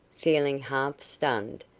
feeling half stunned,